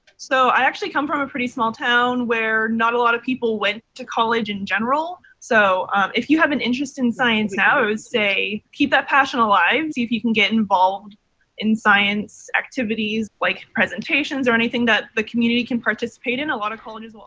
so i actually come from a pretty small town where not a lot of people went to college in general. so um if you have an interest in science now, i would say keep that passion alive. see if you can get involved in science activities like presentations or anything that the community can participate in. a lot of colleges.